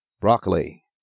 Broccoli